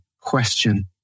question